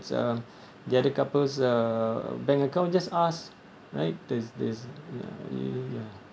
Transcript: uh the other couple's uh bank account just ask right there's there's ya you ya